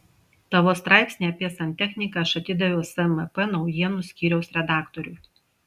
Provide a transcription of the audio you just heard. tavo straipsnį apie santechniką aš atidaviau smp naujienų skyriaus redaktoriui